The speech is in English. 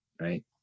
right